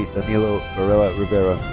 danilo varela rivera.